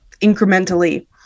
incrementally